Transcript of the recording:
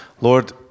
Lord